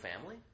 family